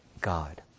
God